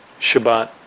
Shabbat